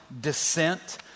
descent